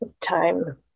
time